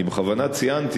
אני בכוונה ציינתי,